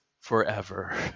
forever